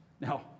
Now